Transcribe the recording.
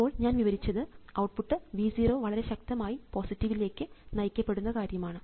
ഇപ്പോൾ ഞാൻ വിവരിച്ചത് ഔട്ട്പുട്ട് V 0 വളരെ ശക്തമായി പോസിറ്റീവ്ലേക്ക് നയിക്കപ്പെടുന്ന കാര്യമാണ്